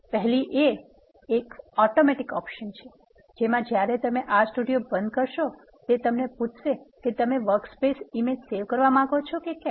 પહેલી એ એક ઓટોમેટિક ઓપ્શન છે જેમા જ્યારે તમે R સ્ટુડિયો બંધ કરશો તે તમને પુછશે કે તમે વર્કસ્પેસ ઇમેજ સેવ કરવા માગો છો કે કેમ